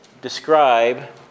describe